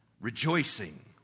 rejoicing